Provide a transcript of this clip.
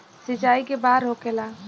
सिंचाई के बार होखेला?